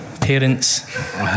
parents